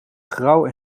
grauw